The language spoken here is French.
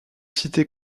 citer